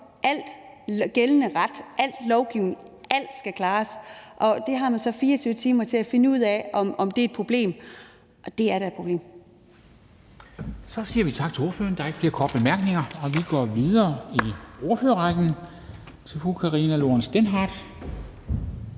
al gældende ret, al lovgivning, alt skal klares, og det har man så 24 timer til at finde ud af om er et problem. Og det er da et problem. Kl. 14:08 Formanden (Henrik Dam Kristensen): Så siger vi tak til ordføreren. Der er ikke flere korte bemærkninger. Og vi går videre i ordførerrækken til fru Karina Lorentzen Dehnhardt,